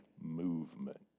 movement